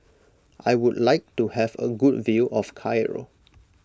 I would like to have a good view of Cairo